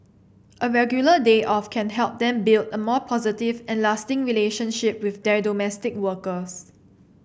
a regular day off can help them build a more positive and lasting relationship with their domestic workers